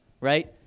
right